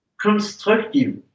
constructive